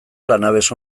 lanabes